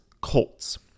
Colts